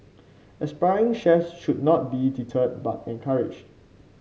aspiring chefs should not be deterred but encouraged